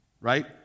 right